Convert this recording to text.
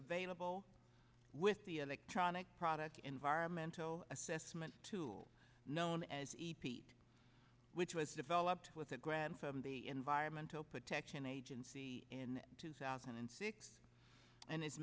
available with the electronic product environmental assessment tool known as epeat which was developed with a grant from the environmental protection agency in two thousand and six and i